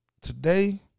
Today